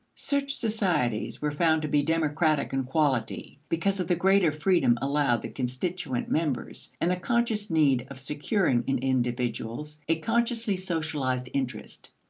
such societies were found to be democratic in quality, because of the greater freedom allowed the constituent members, and the conscious need of securing in individuals a consciously socialized interest,